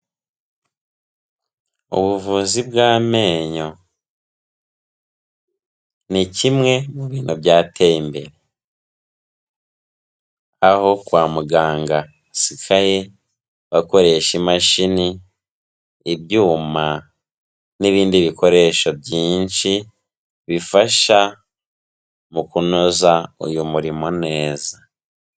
Ubuvuzi bw'amenyo ni kimwe mu bintu byateye imbere. Aho kwa muganga basigaye bakoresha imashini, ibyuma n'ibindi bikoresho byinshi bifasha mu kunoza uyu murimo neza.